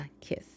kiss